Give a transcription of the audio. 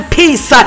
peace